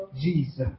Jesus